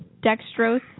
dextrose